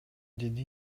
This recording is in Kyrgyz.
деди